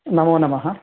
नमो नमः